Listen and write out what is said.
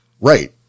Right